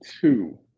two